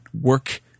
work